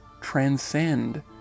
transcend